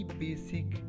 basic